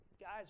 guys